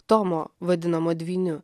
tomo vadinamo dvyniu